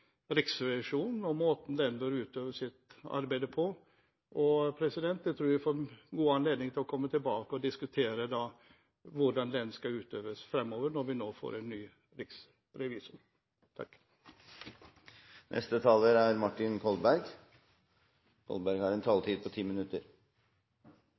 Riksrevisjonen og måten den bør utføre sitt arbeid på. Jeg tror vi får god anledning til å komme tilbake og diskutere hvordan den skal utøve sin gjerning framover, når vi nå får en ny riksrevisor. Det er bra at vi får en diskusjon eller en